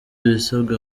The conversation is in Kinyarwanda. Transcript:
ibisabwa